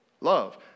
love